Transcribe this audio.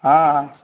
ہاں ہاں